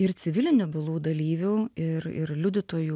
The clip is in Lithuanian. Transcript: ir civilinių bylų dalyvių ir ir liudytojų